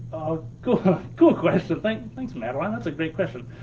cool cool question, thanks thanks madeline, that's a great question.